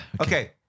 Okay